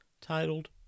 titled